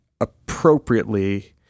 appropriately